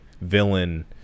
villain